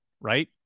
right